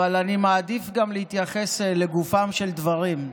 אבל אני מעדיף גם להתייחס לגופם של דברים.